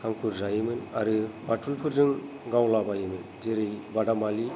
हांखुर जायोमोन आरो बाथुलफोरजों गावला बायोमोन जेरै बादालि